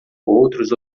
outros